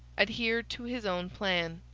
adhered to his own plan.